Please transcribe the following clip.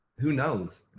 who knows,